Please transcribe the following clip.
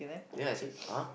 then I say !huh!